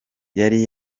yari